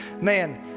man